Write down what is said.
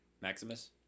Maximus